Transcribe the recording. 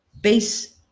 base